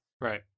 Right